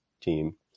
team